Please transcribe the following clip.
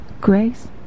Grace